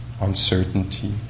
uncertainty